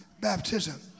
baptism